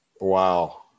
wow